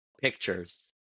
pictures